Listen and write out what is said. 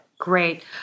Great